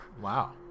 Wow